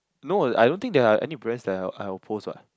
no I don't think there are any brands that I'll I'll post what